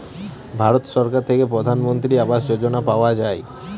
ভারত সরকার থেকে প্রধানমন্ত্রী আবাস যোজনা পাওয়া যায়